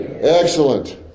Excellent